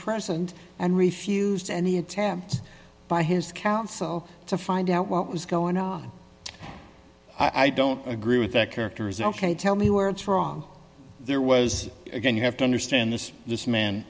present and refused any attempts by his counsel to find out what was going on i don't agree with that characterization tell me where it's wrong there was again you have to understand this this man